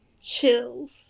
Chills